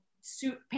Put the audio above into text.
suit